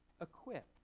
equip